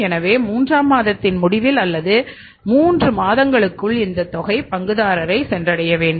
எனவே மூன்றாம் மாதத்தின் முடிவில் அல்லது 3 மாதங்களுக்குள் இந்த தொகை பங்குதாரரை சென்றடைய வேண்டும்